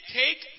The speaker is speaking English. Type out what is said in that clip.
take